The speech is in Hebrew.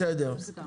בסדר.